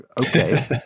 okay